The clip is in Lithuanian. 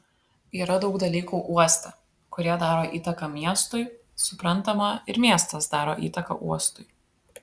yra daug dalykų uoste kurie daro įtaką miestui suprantama ir miestas daro įtaką uostui